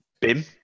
BIM